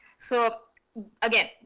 so again,